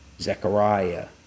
Zechariah